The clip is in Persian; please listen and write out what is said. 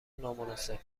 نامناسب